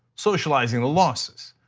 socializing the losses.